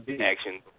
action